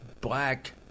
black